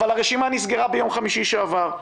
אבל הרשימה נסגרה ביום חמישי שעבר.